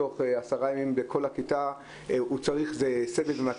זה סבב עם התלמיד,